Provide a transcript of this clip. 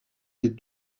des